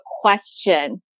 question